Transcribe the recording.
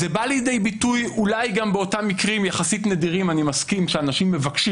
זה בא לידי ביטוי אולי גם באותם מקרים יחסית נדירים שאנשים מבקשים